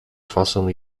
fason